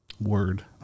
word